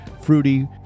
fruity